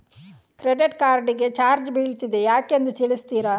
Credit card ಗೆ charge ಬೀಳ್ತಿದೆ ಯಾಕೆಂದು ತಿಳಿಸುತ್ತೀರಾ?